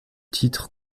titre